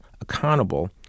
accountable